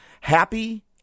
happy